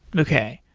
okay.